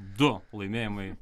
du laimėjimai